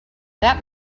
that